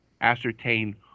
ascertain